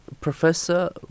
Professor